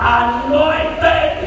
anointed